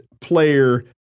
Player